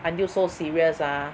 until so serious ah